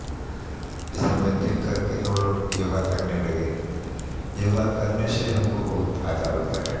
यह सब में देख करके हम लोग योग करने लगे योग करने से हमको बहुत फ़ायदा होता है